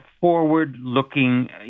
forward-looking